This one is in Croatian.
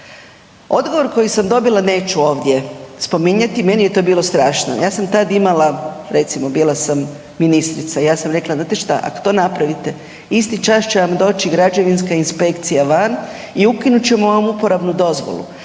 odgovor koji sam dobila neću ovdje spominjati, meni je to bilo strašno, ja sam tad imala, recimo, bila sam ministrica i ja sam rekla, znate šta, ako to napravite, isti čas će vam doći građevinska inspekcija van i ukinut ćemo vam uporabnu dozvolu,